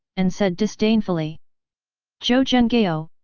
and said disdainfully zhou zhenghao,